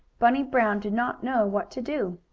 bunny brown did not know what to do.